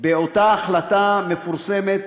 כשהתקבלה אותה החלטה מפורסמת